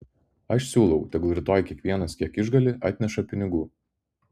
aš siūlau tegul rytoj kiekvienas kiek išgali atneša pinigų